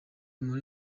muri